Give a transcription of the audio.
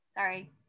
Sorry